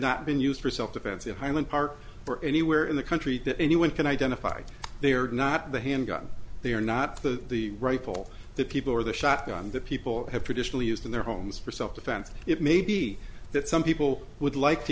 not been used for self defense in highland park or anywhere in the country that anyone can identify they are not the handgun they are not the rifle the people or the shotgun that people have traditionally used in their homes for self defense it may be that some people would like to